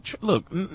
look